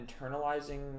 internalizing